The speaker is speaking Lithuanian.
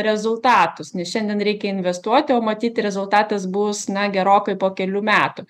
rezultatus nes šiandien reikia investuoti o matyt rezultatas bus na gerokai po kelių metų